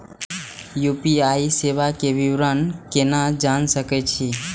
UPI सेवा के विवरण केना जान सके छी?